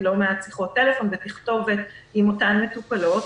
לא מעט שיחות טלפון ותכתובת עם אותן מטופלות.